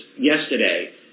yesterday